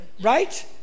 Right